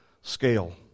scale